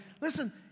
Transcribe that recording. listen